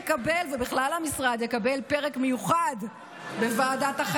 משרד המורשת של השר "בואו נזרוק אטום על עזה" אליהו,